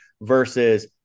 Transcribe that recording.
versus